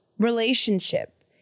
Relationship